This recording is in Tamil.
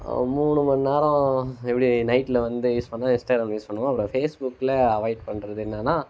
மூணு மணி நேரம் எப்படி நைட்டில் வந்து யூஸ் பண்ணுவேன் இன்ஸ்டாகிராம் யூஸ் பண்ணுவேன் அப்புறம் ஃபேஸ் புக்கில் அவாய்ட் பண்ணுறது என்னென்னா